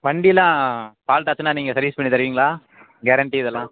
வண்டியெலாம் fault ஆச்சுன்னா நீங்கள் service பண்ணித் தருவீங்களா கேரண்ட்டி இதெல்லாம்